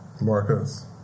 Marcus